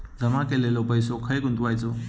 जमा केलेलो पैसो खय गुंतवायचो?